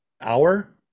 hour